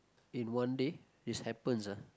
in one day this happens ah